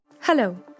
Hello